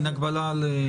נכון.